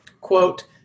quote